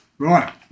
Right